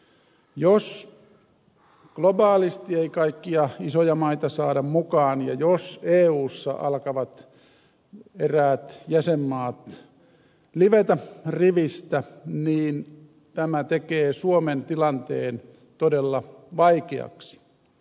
jos globaalisti ei kaikkia isoja maita saada mukaan ja jos eussa alkavat eräät jäsenmaat livetä rivistä niin tämä tekee suomen tilanteen todella vaikeaksi